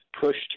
pushed